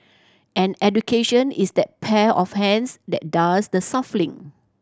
and education is that pair of hands that does the shuffling